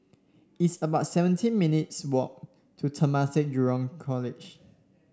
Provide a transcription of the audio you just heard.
it's about seventeen minutes' walk to Temasek Junior College